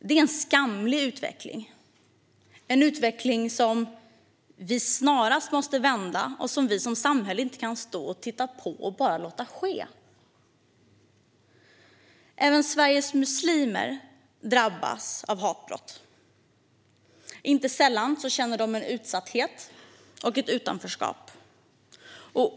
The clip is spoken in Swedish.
Det här är en skamlig utveckling, en utveckling som vi snarast måste vända och som vi som samhälle inte kan stå och titta på och bara låta ske. Även Sveriges muslimer drabbas av hatbrott. Inte sällan känner de en utsatthet och ett utanförskap.